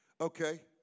Okay